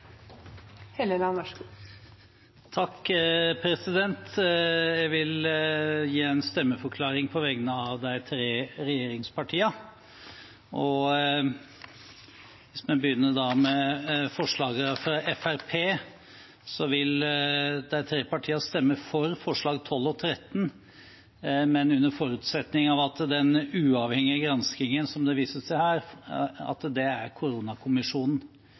Jeg vil gi en stemmeforklaring på vegne av de tre regjeringspartiene. Hvis vi begynner med forslagene fra Fremskrittspartiet, vil de tre partiene stemme for forslagene nr. 12 og 13, men under forutsetning av at den uavhengige granskningen som det vises til, er koronakommisjonen. Dette er avklart med Fremskrittspartiets påtroppende leder, så jeg regner med at det da er